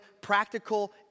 practical